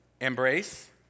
Embrace